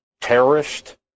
terrorist